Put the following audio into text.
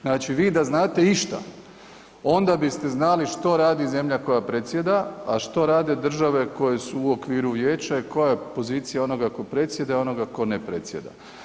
Znači, vi da znate išta onda biste znali što radi zemlja koja predsjeda, a što rade države koje su u okviru vijeća i koja je pozicija onoga tko predsjeda i onoga tko ne predsjeda.